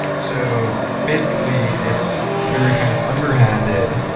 so basically, it's very kind of underhanded.